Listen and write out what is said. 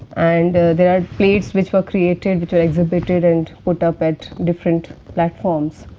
and, there are plates, which were created, and which were exhibited and put up at different platforms.